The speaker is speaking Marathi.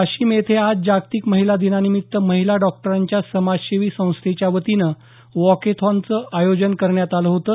वाशिम इथं आज जागतिक महिला दिनानिमित्त महिला डॉक्टरांच्या समाजसेवी संस्थेच्यावतीनं वाकेथॉनचं आयोजन करण्यात आलं होतं